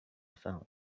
phone